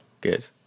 good